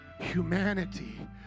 humanity